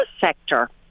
sector